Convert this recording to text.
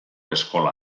eskola